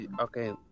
okay